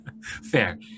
Fair